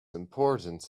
important